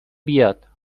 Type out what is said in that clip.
بیاد